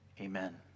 Amen